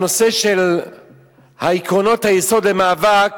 הנושא של עקרונות היסוד למאבק